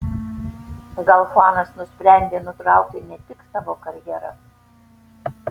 gal chuanas nusprendė nutraukti ne tik savo karjerą